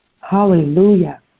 Hallelujah